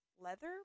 leather